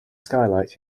skylight